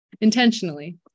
intentionally